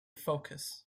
focus